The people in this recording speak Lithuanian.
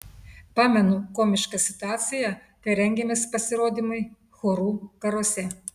pamenu komišką situaciją kai rengėmės pasirodymui chorų karuose